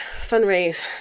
fundraise